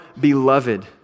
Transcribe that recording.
beloved